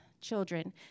children